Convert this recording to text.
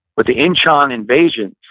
with the inchon invasion,